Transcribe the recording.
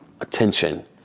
attention